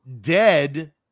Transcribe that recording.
dead